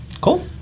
Cool